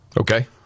Okay